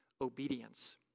obedience